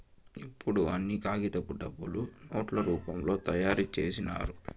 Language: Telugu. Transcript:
ఇప్పుడు అన్ని కాగితపు డబ్బులు నోట్ల రూపంలో తయారు చేసినారు